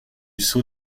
sceau